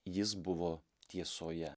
jis buvo tiesoje